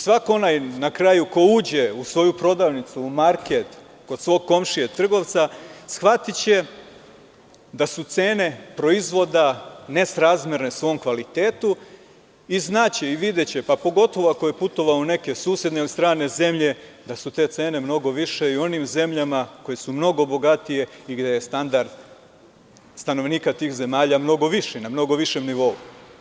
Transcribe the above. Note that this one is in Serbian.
Svako onaj, na kraju koji uđe u svoju prodavnicu, u market, kod svog komšije trgovca, shvatiće da su cene proizvoda nesrazmerne svom kvalitetu, i znaće i videće, pogotovo ko je putovao u neke susedne ili strane zemlje, da su te cene mnogo više i u onim zemljama koje su mnogo bogatije i gde je standard stanovnika tih zemalja mnogo viši, na mnogo višem nivou.